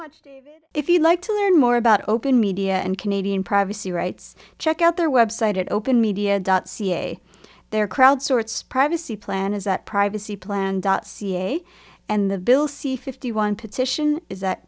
much if you'd like to learn more about open media and canadian privacy rights check out their website at open media dot ca there crowd sorts privacy plan is that privacy plan dot ca and the bill c fifty one petition is that